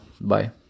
bye